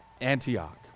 Antioch